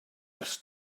ers